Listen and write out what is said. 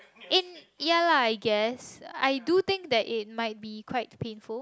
in ya lah I guess I do think that it might be quite painful